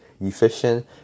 efficient